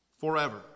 forever